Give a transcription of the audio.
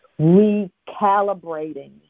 Recalibrating